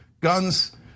guns